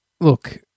look